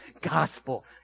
gospel